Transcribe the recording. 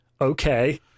Okay